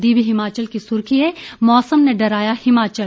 दिव्य हिमाचल की सुर्खी है मौसम ने डराया हिमाचल